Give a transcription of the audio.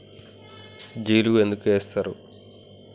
జిలుగు ఎందుకు ఏస్తరు?